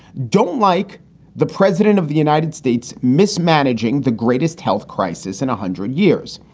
don't like the president of the united states mismanaging the greatest health crisis in a hundred years.